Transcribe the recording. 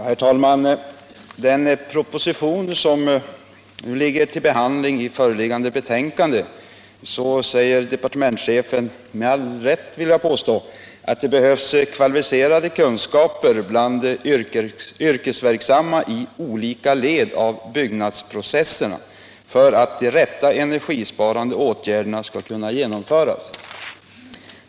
Herr talman! I den proposition som ligger till behandling i föreliggande betänkande säger departementschefen, med all rätt vill jag påstå, att det behövs kvalificerade kunskaper bland yrkesverksamma i olika led av byggnadsprocesserna för att de rätta energisparande åtgärderna skall kunna genomföras.